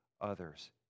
others